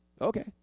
Okay